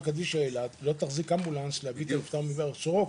קדישא אילת לא תחזיק אמבולנס כדי להביא את הנפטר מסורוקה